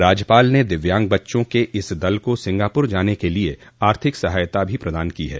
राज्यपाल ने दिव्यांग बच्चों के इस दल को सिंगापुर जाने के लिए आर्थिक सहायता प्रदान की है